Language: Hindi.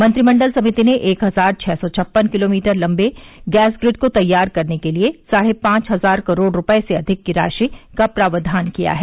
मंत्रिमंडल समिति ने एक हजार छः सौ छप्पन किलोमीटर लंबे गैस प्रिड को तैयार करने के लिए साढ़े पांच हजार करोड़ रुपये से अधिक की राशि का प्रावधान किया है